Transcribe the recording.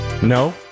No